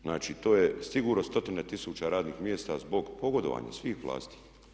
Znači, to je sigurno 100 tisuća radnih mjesta zbog pogodovanja svih vlasti.